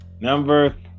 number